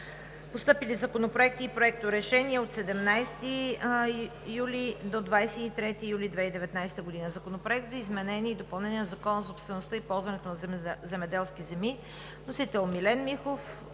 Постъпили законопроекти и проекторешения от 17 до 24 юли 2019 г.: Законопроект за изменение и допълнение на Закона за собствеността и ползването на земеделските земи.